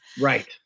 Right